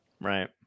Right